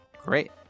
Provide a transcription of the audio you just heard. Great